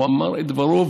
הוא אמר את דברו,